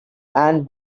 and